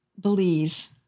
Belize